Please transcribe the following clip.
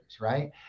right